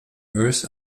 earth